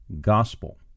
gospel